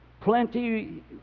Plenty